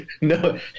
No